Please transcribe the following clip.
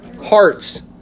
Hearts